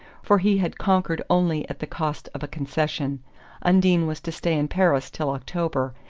for he had conquered only at the cost of a concession undine was to stay in paris till october,